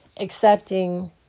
accepting